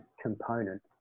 component